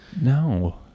No